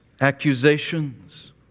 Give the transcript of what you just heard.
accusations